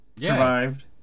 survived